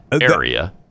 area